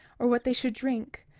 or what they should drink,